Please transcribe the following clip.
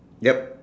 ya